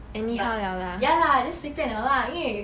but ya lah just 随便 liao lah 因为